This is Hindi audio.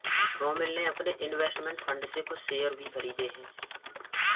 रोमिल ने अपने इन्वेस्टमेंट फण्ड से कुछ शेयर भी खरीदे है